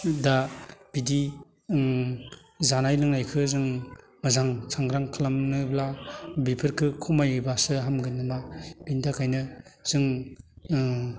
दा बिदि ओम जानाय लोंनायखो जों मोजां सांग्रां खालामनोब्ला बिफोरखो खमायोब्लासो हामगोन नामा बिनि थाखायनो जों ओम